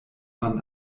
man